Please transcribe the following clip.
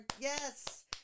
yes